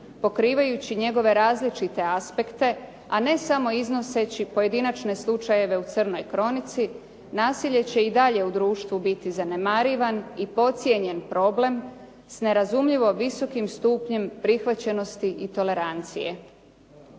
pokrivajući njegove različite aspekte a ne samo iznoseći pojedinačne slučajeve u crnoj kronici, nasilje će i dalje u društvu biti zanemarivan i podcijenjen problem s nerazumljivo visokim stupnjem prihvaćenosti i tolerancije.